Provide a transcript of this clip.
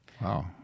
Wow